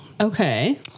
Okay